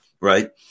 right